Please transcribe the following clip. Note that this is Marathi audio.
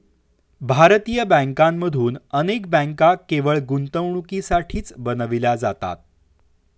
भारतीय बँकांमधून अनेक बँका केवळ गुंतवणुकीसाठीच बनविल्या जातात